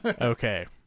Okay